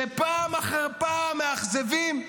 שפעם אחר פעם מאכזבים,